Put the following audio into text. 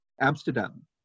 Amsterdam